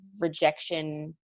rejection